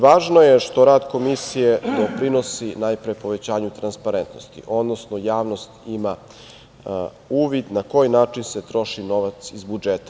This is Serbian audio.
Važno je što rad Komisije doprinosi najpre povećanju transparentnosti, odnosno javnosti ima uvid na koji način se troši novac iz budžeta.